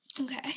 Okay